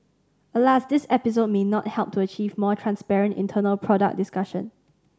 alas this episode may not help to achieve more transparent internal product discussion